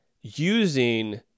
using